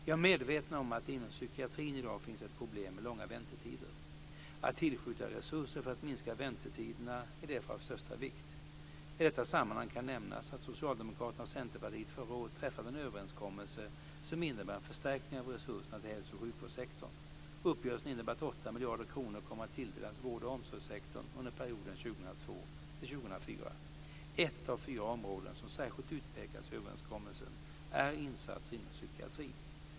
Jag är medveten om att det inom psykiatrin i dag finns ett problem med långa väntetider. Att tillskjuta resurser för att minska väntetiderna är därför av största vikt. I detta sammanhang kan nämnas att Socialdemokraterna och Centerpartiet förra året träffade en överenskommelse som innebär en förstärkning av resurserna till hälso och sjukvårdssektorn. Uppgörelsen innebär att åtta miljarder kronor kommer att tilldelas vård och omsorgssektorn under perioden 2002-2004. Ett av fyra områden som särskilt utpekas i överenskommelsen är insatser inom psykiatrin.